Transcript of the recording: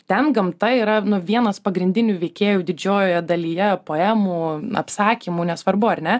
ten gamta yra vienas pagrindinių veikėjų didžiojoje dalyje poemų apsakymų nesvarbu ar ne